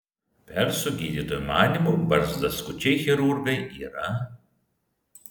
persų gydytojų manymu barzdaskučiai chirurgai yra